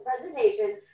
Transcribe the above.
presentation